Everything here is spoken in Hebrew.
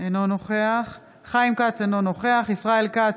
אינו נוכח חיים כץ, אינו נוכח ישראל כץ,